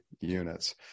units